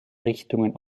richtungen